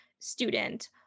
student